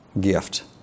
gift